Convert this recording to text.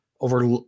over